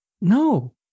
No